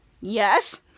Yes